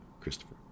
Christopher